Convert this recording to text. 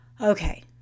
Okay